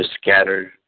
scattered